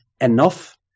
enough